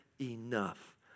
enough